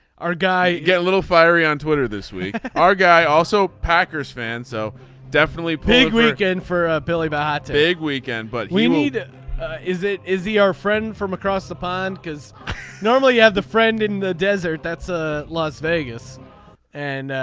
our guy get a little fiery on twitter this week. our guy also packers fan so definitely big weekend for billy bob big weekend. but we need it is it is he our friend from across the pond because normally you have the friend in the desert that's ah las vegas and.